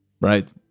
right